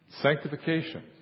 Sanctification